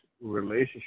relationship